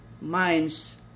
minds